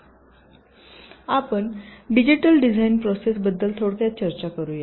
आपण digital design process बद्दल थोडक्यात चर्चा करूया